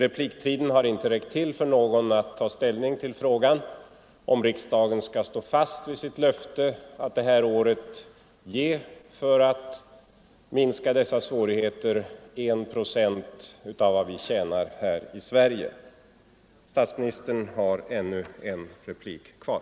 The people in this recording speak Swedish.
Repliktiden har inte räckt till för någon att ta ställning till frågan om riksdagen skall stå fast vid sitt löfte att detta år ge 1 procent av vad vi tjänar här i Sverige för att minska dessa svårigheter. Statsministern har ännu en replik kvar.